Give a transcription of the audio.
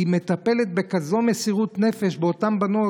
היא מטפלת בכזאת מסירות נפש באותן בנות,